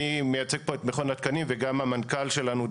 אני מייצג פה את מכון התקנים וגם המנכ"ל שלנו,